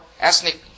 ethnic